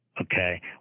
okay